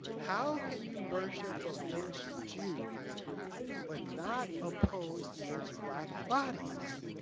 how can you worship a lynched jew but not oppose lynched black bodies?